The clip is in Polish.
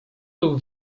był